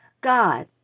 God